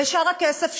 ושאר הכסף?